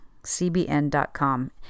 cbn.com